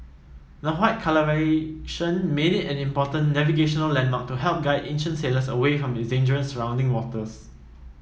the white colouration made it an important navigational landmark to help guide ancient sailors away from its dangerous surrounding waters